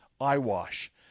eyewash